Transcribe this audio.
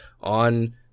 on